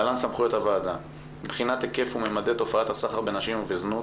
להלן סמכויות הוועדה מבחינת היקף וממדי תופעת הסחר בנשים ובזנות,